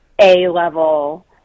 A-level